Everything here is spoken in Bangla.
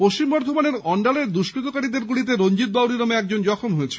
পশ্চিম বর্ধমানের অন্ডালের দুষ্কৃতকারীদের গুলিতে রঞ্জিত বাউরি নামে একজন জখম হয়েছেন